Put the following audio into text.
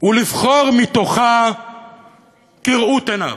ולבחור מתוכה כראות עיניו.